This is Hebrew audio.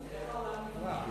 איך העולם נברא?